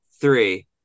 three